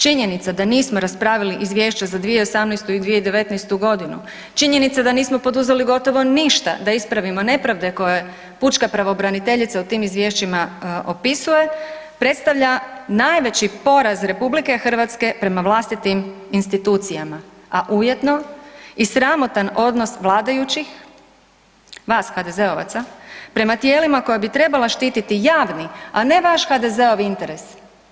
Činjenica da nismo raspravili izvješće za 2018. i 2019.g., činjenica da nismo poduzeli gotovo ništa da ispravimo nepravde koje pučka pravobraniteljica u tim izvješćima opisuje predstavlja najveći porez RH prema vlastitim institucijama, a ujedno i sramotan odnos vladajućih, vas HDZ-ovaca, prema tijelima koja bi trebala štititi javni, a ne vaš HDZ-ov interes.